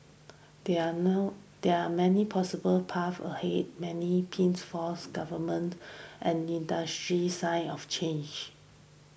there are no there are many possible pathways ahead many potential pitfalls governments and industry signs of change